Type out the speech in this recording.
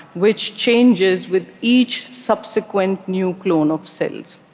which changes with each subsequent new clone of cells?